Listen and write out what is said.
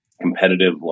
competitive